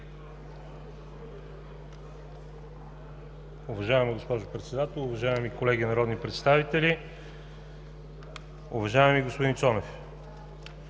Уважаема госпожо Председател, уважаеми колеги народни представители! Уважаеми господин Цонев,